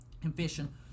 Confession